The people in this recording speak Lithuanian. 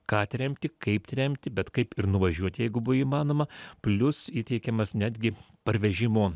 ką tremti kaip tremti bet kaip ir nuvažiuoti jeigu buvo įmanoma plius įteikiamas netgi parvežimo